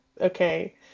okay